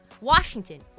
washington